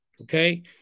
Okay